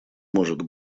может